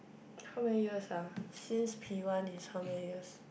how many years ah since P one is how many years